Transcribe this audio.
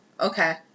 Okay